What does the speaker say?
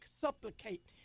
supplicate